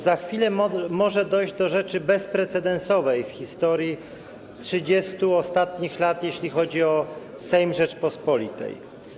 Za chwilę może dojść do rzeczy bezprecedensowej w historii 30 ostatnich lat, jeśli chodzi o Sejm Rzeczypospolitej.